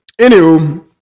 Anywho